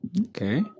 okay